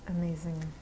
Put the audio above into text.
amazing